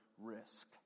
risk